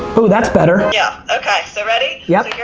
that's better! yeah, okay, so ready? yeah